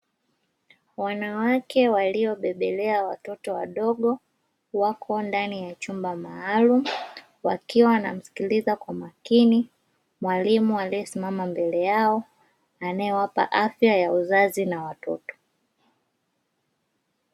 Wanawake waliobebelea watoto wadogo wako ndani ya chumba maalumu, wakiwa wanamsikiliza kwa makini mwalimu aliyesimama mbele yao, anayewapa afya ya uzazi na watoto.